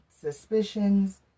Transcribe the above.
suspicions